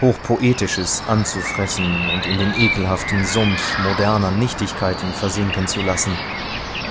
hochpoetisches anzufressen und in den ekelhaften sumpf moderner nichtigkeiten versinken zu lassen